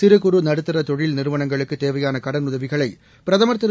சிறு குறு நடுத்தர தொழில் நிறுவனங்களுக்கு தேவையான கடனுதவிகளை பிரதமர் திரு